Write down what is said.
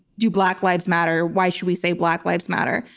do black lives matter? why should we say black lives matter?